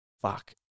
fuck